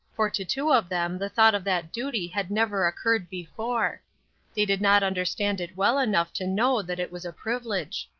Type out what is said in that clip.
for to two of them the thought of that duty had never occurred before they did not understand it well enough to know that it was a privilege.